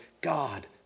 God